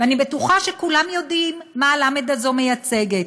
ואני בטוחה שכולם יודעים מה הלמ"ד הזאת מייצגת.